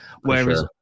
Whereas